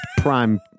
prime